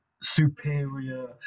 superior